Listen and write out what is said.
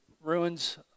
ruins